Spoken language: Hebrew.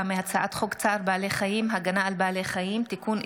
מהצעת חוק צער בעלי חיים (הגנה על בעלי חיים) (תיקון,